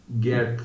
get